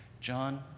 John